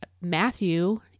Matthew